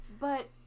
But-